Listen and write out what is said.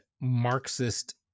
Marxist